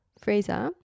freezer